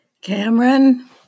Cameron